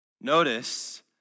Notice